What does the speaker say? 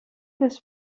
this